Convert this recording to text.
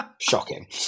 Shocking